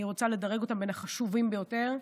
אני רוצה לדרג אותם בין החשובים ביותר.